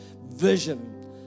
vision